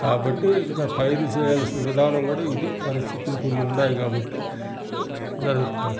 కాబట్టి ఇంక పైరు చేయాల్సిన విధానం కూడా ఇది పరిస్థితులు కొన్నుండాయ్ కాబట్టి జరగతావుంది